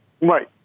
Right